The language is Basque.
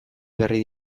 berri